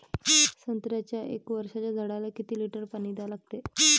संत्र्याच्या एक वर्षाच्या झाडाले किती लिटर पाणी द्या लागते?